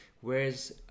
whereas